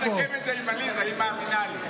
אני יכול לסכם את זה עם עליזה, היא מאמינה לי.